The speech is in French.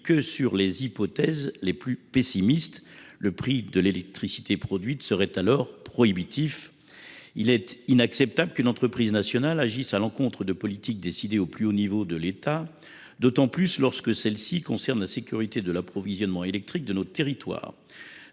que les hypothèses les plus pessimistes. Le prix de l’électricité ainsi produite serait alors prohibitif… Il est inacceptable qu’une entreprise nationale agisse à l’encontre de politiques décidées au plus haut niveau de l’État, surtout lorsque celles ci concernent la sécurité de l’approvisionnement électrique de nos territoires.